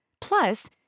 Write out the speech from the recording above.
Plus